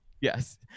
yes